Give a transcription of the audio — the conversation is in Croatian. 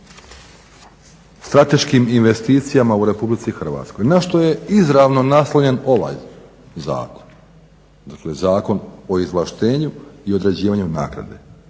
strateškim investicijama u RH na što je izravno naslonjen ovaj zakon, dakle Zakon o izvlaštenju i određivanju naknade.